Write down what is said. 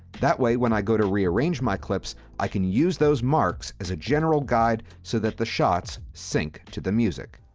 that way when i go to rearrange my clips, i can use those marks as a general guide so that the shots sync to the music.